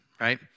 right